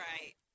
Right